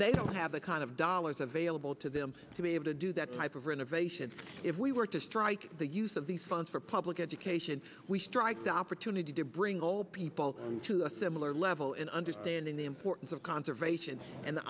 they don't have the kind of dollars available to them to be able to do that type of renovation if we were to strike the use of these funds for public education we strike the opportunity to bring all people to a similar level in understanding the importance of conservation and the